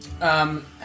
Um-